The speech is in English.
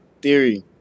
theory